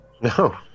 No